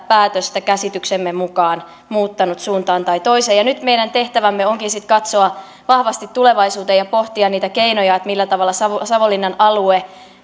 päätöstä käsityksemme mukaan muuttanut suuntaan tai toiseen nyt meidän tehtävämme onkin katsoa vahvasti tulevaisuuteen ja pohtia niitä keinoja millä tavalla savonlinnan alue